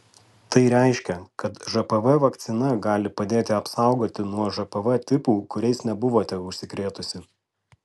tai reiškia kad žpv vakcina gali padėti apsaugoti nuo žpv tipų kuriais nebuvote užsikrėtusi